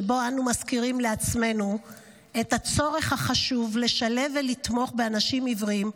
שבו אנו מזכירים לעצמנו את הצורך החשוב לשלב ולתמוך באנשים עיוורים,